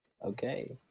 Okay